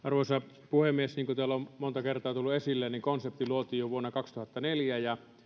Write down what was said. arvoisa puhemies niin kuin täällä on monta kertaa tullut esille konsepti luotiin jo vuonna kaksituhattaneljä ja